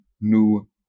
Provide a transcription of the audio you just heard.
new